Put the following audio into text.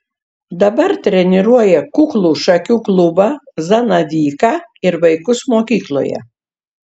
dabar treniruoja kuklų šakių klubą zanavyką ir vaikus mokykloje